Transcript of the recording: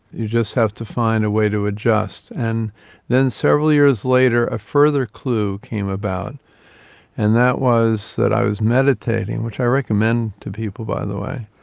you just have to find a way to adjust. and then several years later a further clue came about and that was that i was meditating, which i recommend to people by the way,